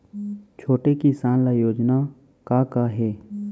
छोटे किसान ल योजना का का हे?